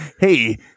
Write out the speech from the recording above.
hey